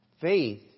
faith